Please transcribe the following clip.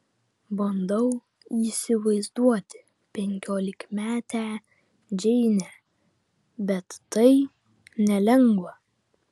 bandau įsivaizduoti penkiolikmetę džeinę bet tai nelengva